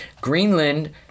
Greenland